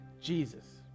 Jesus